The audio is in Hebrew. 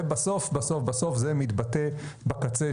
ובסוף-בסוף-בסוף זה מתבטא בקצה,